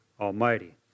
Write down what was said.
Almighty